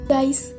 Guys